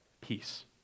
peace